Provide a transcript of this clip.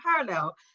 parallel